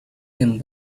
came